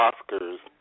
Oscars